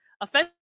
offensive